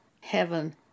heaven